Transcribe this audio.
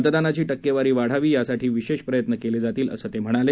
मतदानाची टक्केवारी वाढावी यासाठी विशेष प्रयत्न केले जातील असं ते म्हणाले